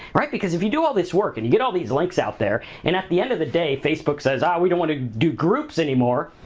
right? because if you do all this work and you get all these links out there and at the end of the day facebook says, ah, we don't wanna do groups anymore.